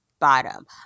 bottom